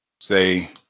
Say